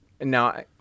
now